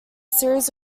series